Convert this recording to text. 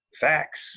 facts